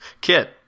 Kit